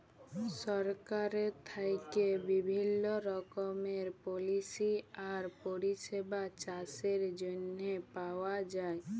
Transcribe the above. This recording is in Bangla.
সরকারের থ্যাইকে বিভিল্ল্য রকমের পলিসি আর পরিষেবা চাষের জ্যনহে পাউয়া যায়